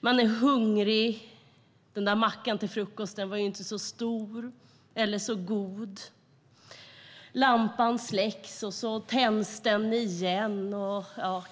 Man är hungrig. Den där mackan till frukosten var ju inte så stor eller så god. Lampan släcks, och så tänds den igen.